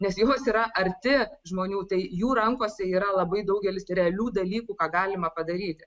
nes jos yra arti žmonių tai jų rankose yra labai daugelis realių dalykų ką galima padaryti